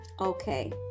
Okay